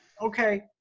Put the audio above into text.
okay